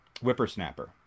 whippersnapper